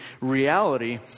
reality